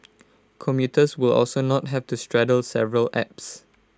commuters will also not have to straddle several apps